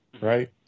right